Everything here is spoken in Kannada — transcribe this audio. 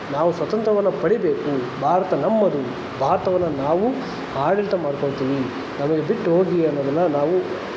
ನಾವು ಸ್ವತಂತ್ರವನ್ನು ಪಡಿಬೇಕು ಭಾರತ ನಮ್ಮದು ಭಾರತವನ್ನು ನಾವು ಆಡಳಿತ ಮಾಡ್ಕೊಳ್ತೀವಿ ನಮ್ಮನ್ನು ಬಿಟ್ಟು ಹೋಗಿ ಅನ್ನೋದನ್ನು ನಾವು